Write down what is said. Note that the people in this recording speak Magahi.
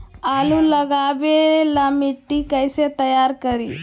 आलु लगावे ला मिट्टी कैसे तैयार करी?